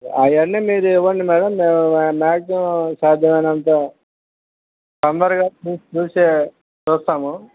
అవన్నీ మీరు ఇవ్వండి మేడం మ్యాగ్జిమమ్ సాధ్యమైనంత తొందరగా చూసి చూసి చూస్తాము